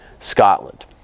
Scotland